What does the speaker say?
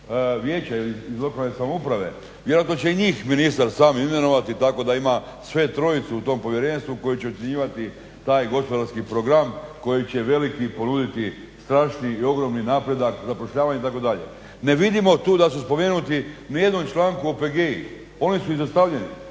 vijeća ili iz lokalne samouprave. Vjerojatno će i njih ministar sam imenovati tako da ima sve trojicu u tom povjerenstvu koji će ocjenjivati taj gospodarski program koji će veliki ponuditi strašni i ogromni napredak, zapošljavanje itd. Ne vidimo tu da su spomenuti, ni u jednom članku OPG-i? Oni su izostavljeni,